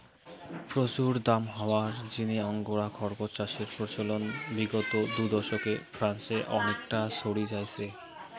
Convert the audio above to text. প্রচুর দাম হওয়ার জিনে আঙ্গোরা খরগোস চাষের প্রচলন বিগত দু দশকে ফ্রান্সে অনেকটা ছড়ি যাইচে